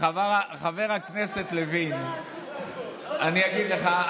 חבר הכנסת לוין, חבר הכנסת לוין, אני אגיד לך.